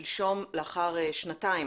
שלשום, לאחר שנתיים